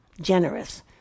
generous